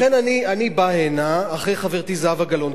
לכן אני בא הנה אחרי חברתי זהבה גלאון,